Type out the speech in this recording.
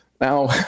Now